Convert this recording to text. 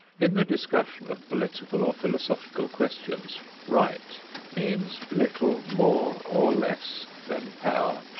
in the discussion of political or philosophical questions, right means little more or less than power.